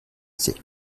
said